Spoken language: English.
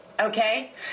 Okay